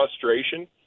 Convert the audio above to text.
frustration